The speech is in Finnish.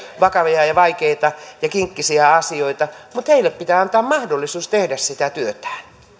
vakavia ja vaikeita ja kinkkisiä asioita mutta heille pitää antaa mahdollisuus tehdä sitä työtään